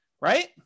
right